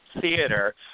theater